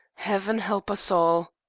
heaven help us all.